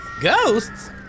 Ghosts